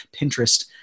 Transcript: Pinterest